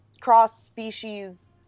cross-species